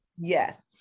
yes